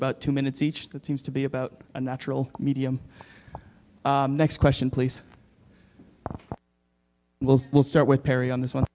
about two minutes each that seems to be about a natural medium next question please well we'll start with perry on this one